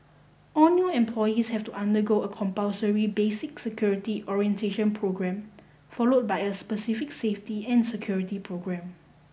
all new employees have to undergo a compulsory basic security orientation programme followed by a specific safety and security programme